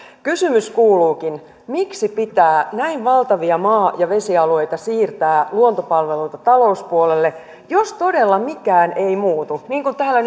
kysymys kuuluukin miksi pitää näin valtavia maa ja vesialueita siirtää luontopalveluilta talouspuolelle jos todella mikään ei muutu niin kuin täällä